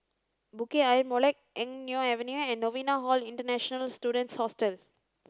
Bukit Ayer Molek Eng Neo Avenue and Novena Hall International Students Hostel